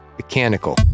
mechanical